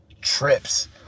trips